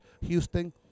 Houston